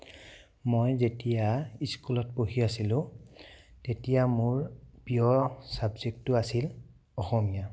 মই যেতিয়া স্কুলত পঢ়ি আছিলোঁ তেতিয়া মোৰ প্ৰিয় ছাবজেক্টটো আছিল অসমীয়া